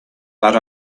but